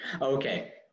Okay